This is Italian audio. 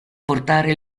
portare